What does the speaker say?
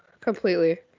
completely